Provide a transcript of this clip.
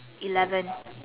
eleven